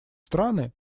страны